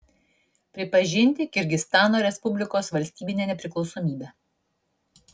pripažinti kirgizstano respublikos valstybinę nepriklausomybę